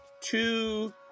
two